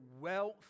wealth